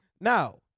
Now